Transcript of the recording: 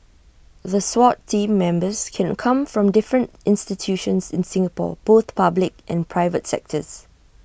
the Swat Team Members can come from different institutions in Singapore both public and private sectors